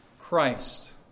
Christ